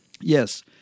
Yes